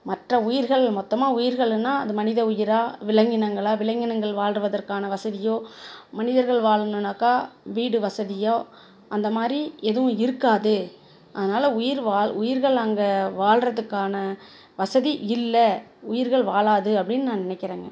மற்ற உயிர்கள் மொத்தமாக உயிர்களுன்னால் அது மனித உயிரா விலங்கினங்களா விலங்கினங்கள் வாழ்வதற்கான வசதியோ மனிதர்கள் வாழணும்னாக்கா வீடு வசதியோ அந்த மாதிரி எதுவும் இருக்காது அதனாலே உயிர் வாழ் உயிர்கள் அங்கே வாழ்றதுக்கான வசதி இல்லை உயிர்கள் வாழாது அப்படின்னு நான் நினைக்கிறேங்க